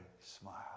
smile